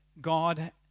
God